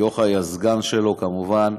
ויוחאי, הסגן שלו, כמובן,